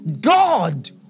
God